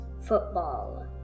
football